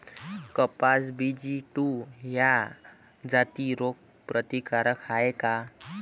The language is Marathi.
कपास बी.जी टू ह्या जाती रोग प्रतिकारक हाये का?